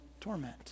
torment